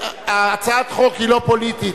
הצעת החוק אינה פוליטית,